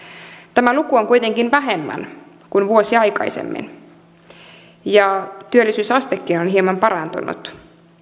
tämä luku on kuitenkin vähemmän kuin vuosi aikaisemmin ja työllisyysastekin on hieman parantunut